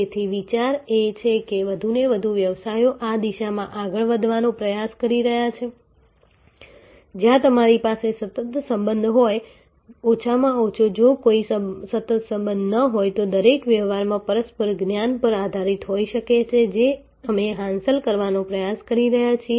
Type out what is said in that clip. તેથી વિચાર એ છે કે વધુને વધુ વ્યવસાયો આ દિશામાં આગળ વધવાનો પ્રયાસ કરી રહ્યા છે જ્યાં તમારી પાસે સતત સંબંધ હોય તો ઓછામાં ઓછો જો કોઈ સતત સંબંધ ન હોય તો દરેક વ્યવહાર પરસ્પર જ્ઞાન પર આધારિત હોય છે જે અમે હાંસલ કરવાનો પ્રયાસ કરી રહ્યા છીએ